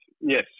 yes